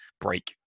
break